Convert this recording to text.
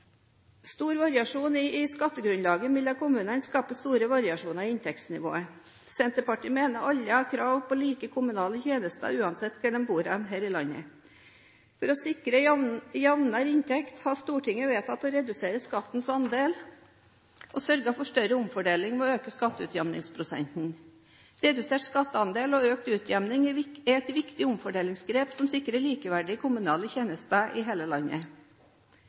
Stor variasjon i skattegrunnlag mellom kommunene skaper store variasjoner i inntektsnivået. Senterpartiet mener alle har krav på like kommunale tjenester uansett hvor de bor her i landet. For å sikre jevnere inntekt har Stortinget vedtatt å redusere skattens andel og sørget for større omfordeling ved å øke skatteutjevningsprosenten. Redusert skatteandel og økt utjevning er et viktig omfordelingsgrep som sikrer likeverdige kommunale tjenester i hele landet.